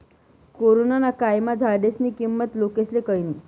corona ना कायमा झाडेस्नी किंमत लोकेस्ले कयनी